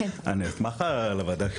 אני אשמח לוודא,